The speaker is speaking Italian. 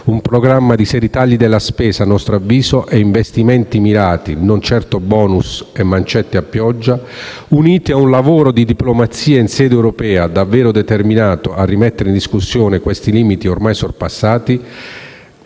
Un programma di seri tagli alla spesa, a nostro avviso, e di investimenti mirati (non certo *bonus* e mancette a pioggia), unito a un lavoro di diplomazia in sede europea determinato davvero a rimettere in discussione questi limiti ormai sorpassati,